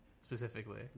Specifically